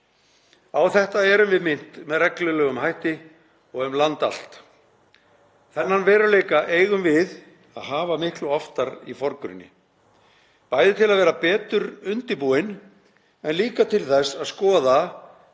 Á þetta erum við minnt með reglulegum hætti og um land allt. Þennan veruleika eigum við að hafa miklu oftar í forgrunni, bæði til að vera betur undirbúin en líka til þess að skoða